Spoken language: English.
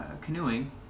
canoeing